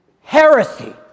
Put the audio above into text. Heresy